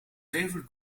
david